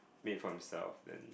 pay for himself then